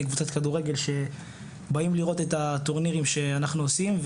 קבוצות כדורגל שבאים לראות את הטורנירים שאנחנו עושים,